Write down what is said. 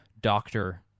doctor